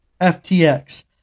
FTX